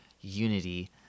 unity